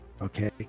okay